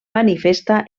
manifesta